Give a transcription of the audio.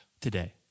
Today